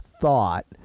thought